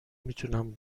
میتونم